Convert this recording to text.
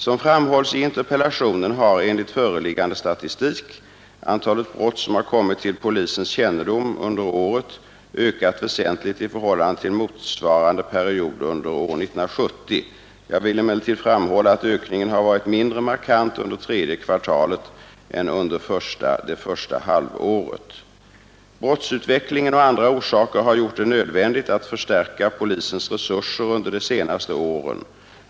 Som framhålls i interpellationen har enligt föreliggande statistik antalet brott som har kommit till polisens kännedom under året ökat väsentligt i förhållande till motsvarande period under år 1970. Jag vill emellertid framhålla att ökningen har varit mindre markant under tredje kvartalet än under det första halvåret. Brottsutvecklingen och andra orsaker har gjort det nödvändigt att förstärka polisens resurser under de senaste åren.